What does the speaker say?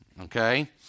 Okay